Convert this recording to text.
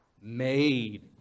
made